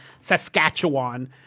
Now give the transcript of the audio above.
Saskatchewan